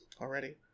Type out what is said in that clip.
already